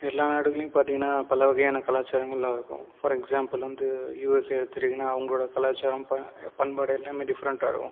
எல்லா நாடுகளையும் பார்த்தீங்கன்னா பலவகையான கலாச்சாரங்களெல்லாம் இருக்கும் ஃபார் எக்ஸாம்பிள் வந்து யுஎஸ்ஏ எடுத்துக்கிட்டிங்கன்னால் அவர்களுடைய கலாச்சாரம் பண்பாடு எல்லாமே டிஃப்ரெண்ட்டாக இருக்கும்